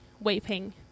weeping